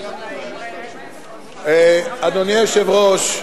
אדוני היושב-ראש,